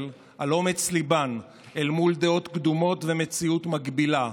על אומץ ליבן אל מול דעות קדומות ומציאות מגבילה,